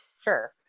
Sure